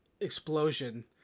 explosion